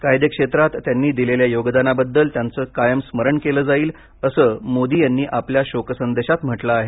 कायदेशीर क्षेत्रात त्यांनी दिलेल्या योगदानाबद्दल त्यांचं कायम स्मरण केलं जाईल असं मोदी यांनी आपल्या शोक संदेशात म्हटलं आहे